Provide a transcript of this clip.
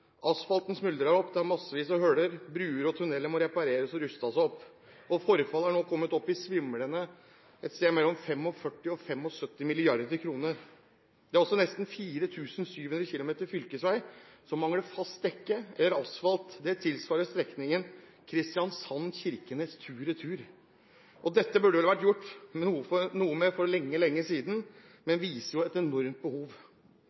Asfalten smuldrer opp. Det er massevis av hull. Bruer og tunneler må repareres og rustes opp. Forfallet har nå kommet opp i svimlende tall – et sted mellom 45 mrd. kr og 75 mrd. kr. Det er også nesten 4 700 km fylkesvei som mangler fast dekke eller asfalt. Det tilsvarer strekningen Kristiansand–Kirkenes tur-retur. Dette burde det vel vært gjort noe med for lenge, lenge siden, og det viser et enormt behov.